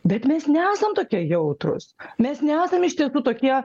bet mes nesam tokie jautrūs mes nesam iš tiesų tokie